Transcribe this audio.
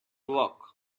work